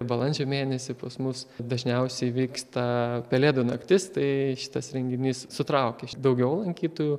balandžio mėnesį pas mus dažniausiai vyksta pelėdų naktis tai šitas renginys sutraukia daugiau lankytojų